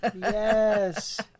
yes